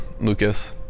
Lucas